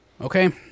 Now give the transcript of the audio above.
Okay